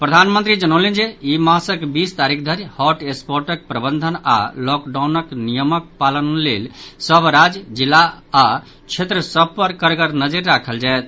प्रधानमंत्री जनौलनि जे ई मासक बीस तारीख धरि हॉटस्पॉटक प्रबंधन आओर लॉकडाउन नियमक पालन लेल सभ राज्य जिला आओर क्षेत्र सभ पर कड़गर नजरि राखल जायत